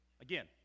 Again